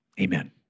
amen